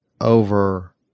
over